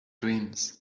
dreams